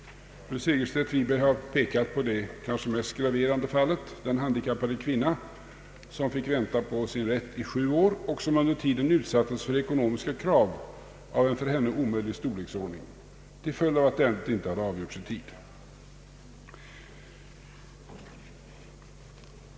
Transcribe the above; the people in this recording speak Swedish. Fru Segerstedt Wiberg har berört det kanske mest graverande fallet: den handikappade kvinnan som fick vänta på sin rätt under sju år och som under tiden utsattes för ekonomiska krav av en för henne omöjlig storleksordning till följd av att ärendet inte avgjorts i tid.